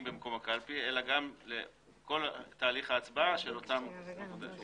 במקום הקלפי אלא גם לכל תהליך ההצבעה של אותם אנשים.